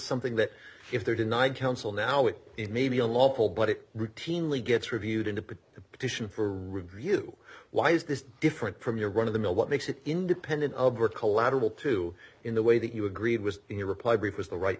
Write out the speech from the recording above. something that if they're denied counsel now it may be a local but it routinely gets reviewed in the petition for review why is this different from your run of the mill what makes it independent of collateral two in the way that you agreed was in your reply brief was the right